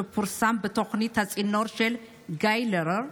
שפורסם בתוכנית הצינור של גיא לרר,